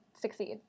succeed